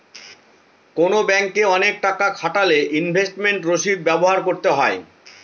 কোনো ব্যাঙ্কে অনেক টাকা খাটালে ইনভেস্টমেন্ট রসিদ ব্যবহার করতে হয়